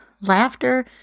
Laughter